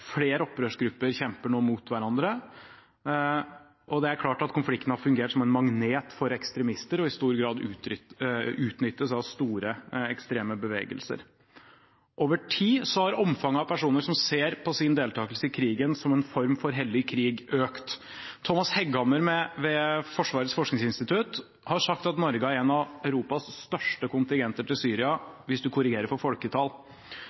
flere opprørsgrupper kjemper nå imot hverandre, og det er klart at konflikten har fungert som en magnet for ekstremister og utnyttes i stor grad av store ekstreme bevegelser. Over tid har omfanget av personer som ser på sin deltakelse i krigen som en form for hellig krig, økt. Thomas Hegghammer ved Forsvarets forskningsinstitutt har sagt at Norge har en av Europas største kontingenter til Syria hvis man korrigerer for folketall.